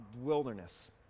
wilderness